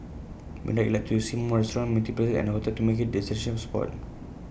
beyond that he'd like to see more restaurants meeting places and A hotel to make IT A destination spot